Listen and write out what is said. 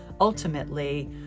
ultimately